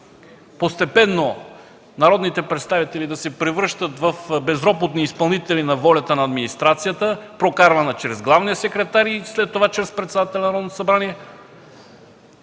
постепенно народните представители да се превръщат в безропотни изпълнители на волята на администрацията, прокарвана чрез главния секретар и след това чрез председателя на Народното събрание,